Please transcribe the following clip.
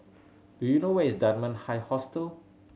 do you know where is Dunman High Hostel